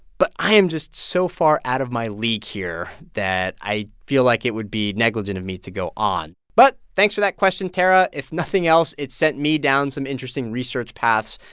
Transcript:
but i am just so far out of my league here that i feel like it would be negligent of me to go on, but thanks for that question, tara. if nothing else, it sent me down some interesting research paths,